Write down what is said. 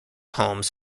holmes